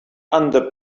under